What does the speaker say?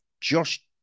Josh